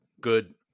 good